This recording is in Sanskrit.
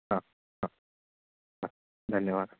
हा हा अस्तु धन्यवादः